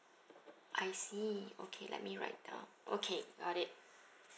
I see okay let me write down okay got it